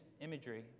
imagery